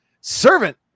servant